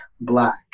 black